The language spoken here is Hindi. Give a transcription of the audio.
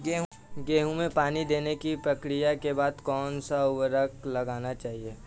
गेहूँ में पानी देने की प्रक्रिया के बाद कौन सा उर्वरक लगाना चाहिए?